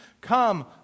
Come